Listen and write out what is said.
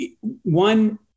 one